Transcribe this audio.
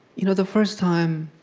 you know the first time,